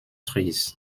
trees